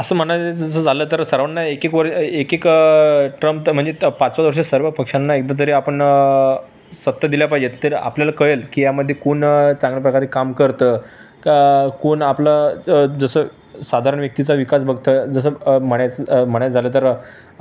असं म्हणायजं जर झालं तर सर्वांना एक एक वर एक एक टम तर म्हणजे त पाच पाच वर्ष सर्व पक्षांना एकदा तरी आपण सत्ता दिल्या पाहिजेत तर आपल्याला कळेल की यामध्ये कोण चांगल्या प्रकारे काम करतं का कोण आपला ज जसं साधारण व्यक्तीचा विकास बघतं जसं म्हणायचं म्हणायचं झालं तर